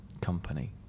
company